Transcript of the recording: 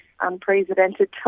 unprecedented